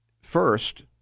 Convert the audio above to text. first